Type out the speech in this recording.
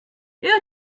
you